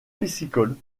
piscicole